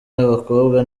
y’abakobwa